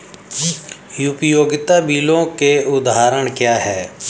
उपयोगिता बिलों के उदाहरण क्या हैं?